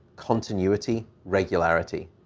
continuity, regularity.